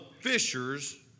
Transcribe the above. fishers